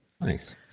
Nice